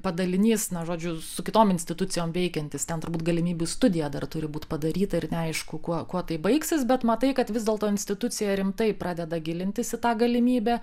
padalinys na žodžiu su kitom institucijom veikiantis ten turbūt galimybių studija dar turi būt padaryta ir neaišku kuo kuo tai baigsis bet matai kad vis dėlto institucija rimtai pradeda gilintis į tą galimybę